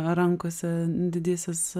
rankose didysis